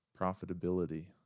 profitability